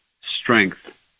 strength